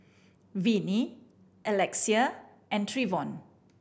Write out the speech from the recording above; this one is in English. Vinnie Alexia and Trevon